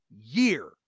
year